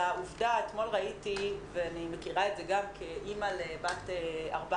אתמול ראיתי, ואני מכירה את זה גם כאימא לבת 14